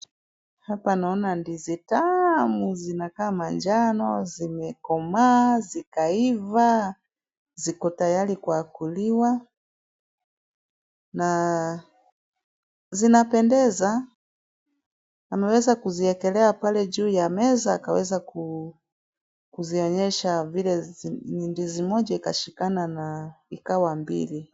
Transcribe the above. Hapa naona ndizi tamu zinazakaa manjano zimekomaa zikaiva ziko tayari kwa kuliwa na zinapendeza anaweza kuziekelea pale juu ya meza akaweza kuzionyesha vile ndizi moja ikashikana na ikawa mbili.